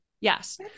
Yes